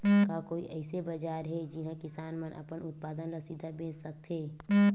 का कोई अइसे बाजार हे जिहां किसान मन अपन उत्पादन ला सीधा बेच सकथे?